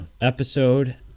episode